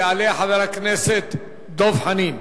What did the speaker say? יעלה חבר הכנסת דב חנין,